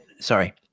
Sorry